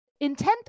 intent